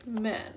men